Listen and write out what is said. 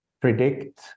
predict